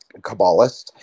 Kabbalist